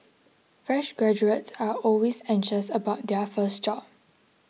fresh graduates are always anxious about their first job